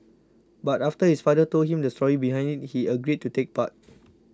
but after his father told him the story behind it he agreed to take part